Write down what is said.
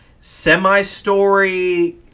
semi-story